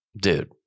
Dude